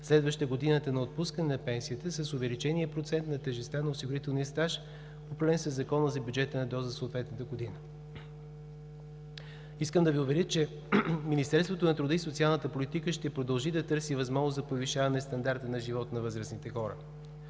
следваща годината на отпускане на пенсията, с увеличения процент на тежестта на осигурителния стаж, определен със Закона за бюджета на ДОО за съответната година. Искам да Ви уверя, че Министерството на труда и социалната политика ще продължи да търси възможност за повишаване стандарта на живот на възрастните хора,